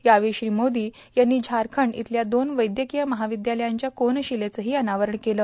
यावेळी श्री मोदी यांनी झारखंड इथल्या दोन वैद्यकीय महाविद्यालयांच्या कोनशिलेचंही अनावरण केलं